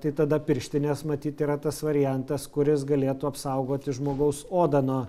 tai tada pirštinės matyt yra tas variantas kuris galėtų apsaugoti žmogaus odą nuo